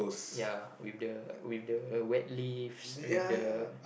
ya with the with the wet leaves